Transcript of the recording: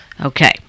okay